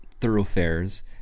thoroughfares